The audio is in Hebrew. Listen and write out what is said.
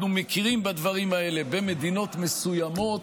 מכירים בדברים האלה במדינות מסוימות,